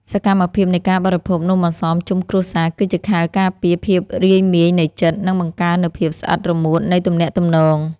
សកម្មភាពនៃការបរិភោគនំអន្សមជុំគ្រួសារគឺជាខែលការពារភាពរាយមាយនៃចិត្ត និង បង្កើននូវភាពស្អិតរមួតនៃទំនាក់ទំនង។